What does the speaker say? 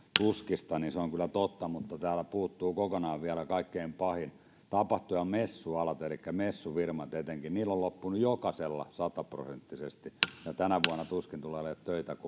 tuskista ja se on kyllä totta mutta täällä puuttuu kokonaan vielä kaikkein pahin tapahtuma ja messualat elikkä messufirmat etenkin niillä on loppunut jokaisella sata prosenttisesti ja tänä vuonna tuskin tulee